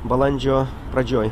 balandžio pradžioj